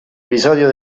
episodio